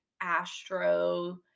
Astro